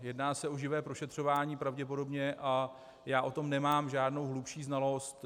Jedná se o živé prošetřování pravděpodobně a já o tom nemám žádnou hlubší znalost.